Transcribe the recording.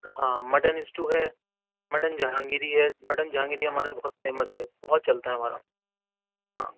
ہاں mutton stew ہے mutton Jahangiri ہے مٹن جہانگیری ہمارا بہت فیمس ہے بہت چلتا ہے ہمارا ہاں